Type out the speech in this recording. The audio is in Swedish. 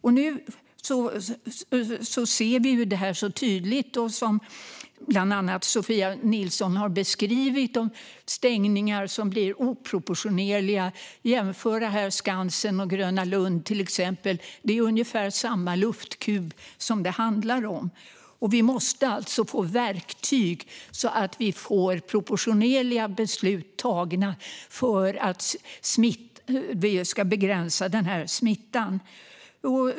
Nu ser vi tydligt det som bland andra Sofia Nilsson har beskrivit när det gäller stängningar som blir oproportionerliga. Man kan jämföra till exempel Skansen och Gröna Lund; det är ungefär samma luftkub som det handlar om. Vi måste få verktyg så att vi kan få proportionerliga beslut för att begränsa smittan.